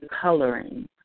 coloring